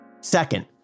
Second